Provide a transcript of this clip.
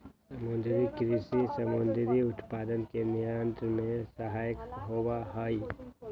समुद्री कृषि समुद्री उत्पादन के निर्यात में सहायक होबा हई